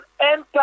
enter